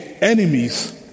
enemies